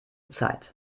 zeit